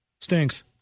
Stinks